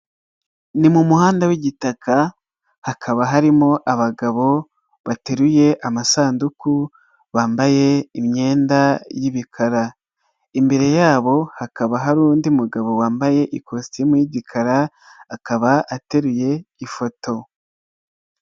Ni mu muhanda w'igitaka hakaba harimo abagabo bateruye amasanduku bambaye imyenda y'ibikara, imbere yabo hakaba hari undi mugabo wambaye ikositimu y'igikara akaba ateruye ifoto.